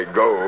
go